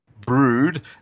Brood